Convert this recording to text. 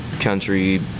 country